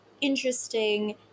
interesting